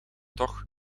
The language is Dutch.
toch